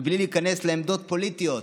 בלי להיכנס לעמדות פוליטיות